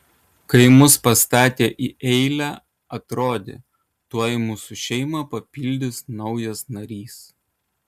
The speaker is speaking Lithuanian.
kai mus pastatė į eilę atrodė tuoj mūsų šeimą papildys naujas narys